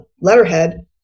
letterhead